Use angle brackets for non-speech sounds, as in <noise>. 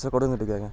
<unintelligible>